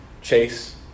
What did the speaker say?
Chase